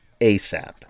ASAP